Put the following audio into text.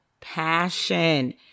passion